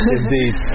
indeed